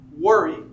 worry